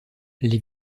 les